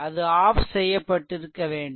அது ஆஃப் செய்யப்பட்டிருக்க வேண்டும்